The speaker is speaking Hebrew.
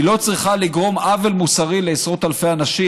היא לא צריכה לגרום עוול מוסרי לעשרות אלפי אנשים,